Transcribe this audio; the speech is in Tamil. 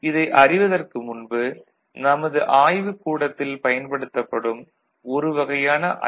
இதை அறிவதற்கு முன்பு நமது ஆய்வுக்கூடத்தில் பயன்படுத்தப்படும் ஒரு வகையான ஐ